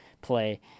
play